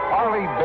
Harley